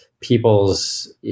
people's